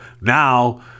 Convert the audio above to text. now